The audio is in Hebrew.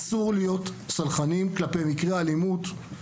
אסור להיות סלחניים כלפי מקרי אלימות.